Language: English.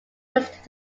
used